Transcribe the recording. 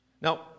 Now